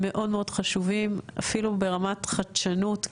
מאוד מאוד חשובים אפילו ברמת חדשנות,